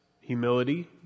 humility